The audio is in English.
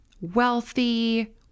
Wealthy